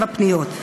פניות.